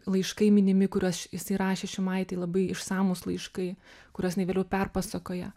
laiškai minimi kuriuoš jisai rašė šimaitei labai išsamūs laiškai kuriuos jinai vėliau perpasakoja